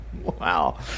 Wow